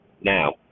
now